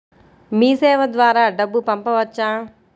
మీసేవ ద్వారా డబ్బు పంపవచ్చా?